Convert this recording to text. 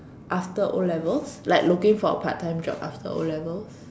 after o-levels like looking for a part time job after o-levels